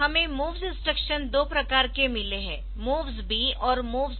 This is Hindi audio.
हमें MOVS इंस्ट्रक्शन दो प्रकार के मिले है MOVS B और MOVS W